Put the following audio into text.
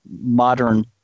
modern